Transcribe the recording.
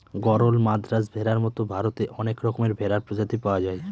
গরল, মাদ্রাজ ভেড়ার মতো ভারতে অনেক রকমের ভেড়ার প্রজাতি পাওয়া যায়